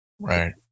Right